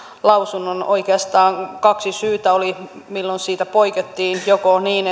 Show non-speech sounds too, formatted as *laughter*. lausunnon oikeastaan kaksi syytä oli milloin siitä poikettiin joko niin *unintelligible*